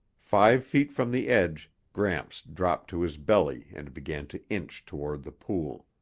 five feet from the edge, gramps dropped to his belly and began to inch toward the pool.